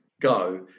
go